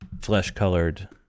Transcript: flesh-colored